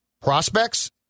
Prospects